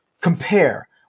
compare